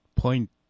point